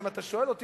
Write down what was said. ואם אתה שואל אותי,